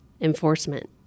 enforcement